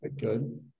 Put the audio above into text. good